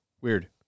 Weird